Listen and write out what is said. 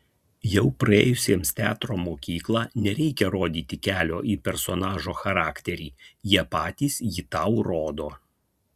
jau praėjusiems teatro mokyklą nereikia rodyti kelio į personažo charakterį jie patys jį tau rodo